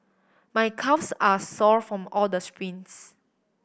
my calves are sore from all the sprints